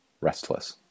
Restless